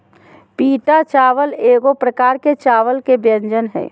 पीटा चावल एगो प्रकार के चावल के व्यंजन हइ